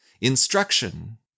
instruction